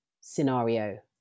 scenario